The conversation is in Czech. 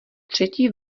třetí